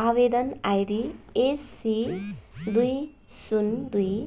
आवेदन ID SC दुई शून्य दुई